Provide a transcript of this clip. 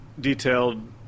detailed